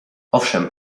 owszem